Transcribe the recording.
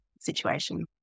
situation